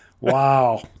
Wow